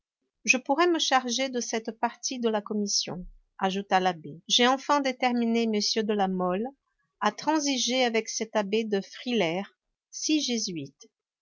je pourrai me charger de cette partie de la commission ajouta l'abbé j'ai enfin déterminé m de la mole à transiger avec cet abbé de frilair si jésuite